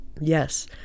yes